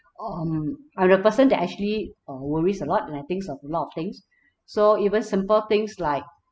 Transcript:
um I'm the person that actually uh worries a lot and I thinks of a lot of things so even simple things like